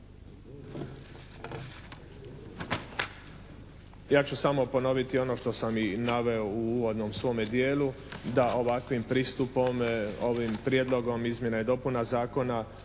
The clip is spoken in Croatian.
Ja ću samo ponoviti ono što sam naveo u uvodnom svome dijelu da ovakvim pristupom, ovim prijedlogom izmjena i dopuna zakona